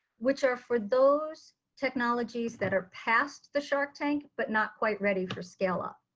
which are for those technologies that are passed the shark tank, but not quite ready for scale up.